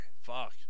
fuck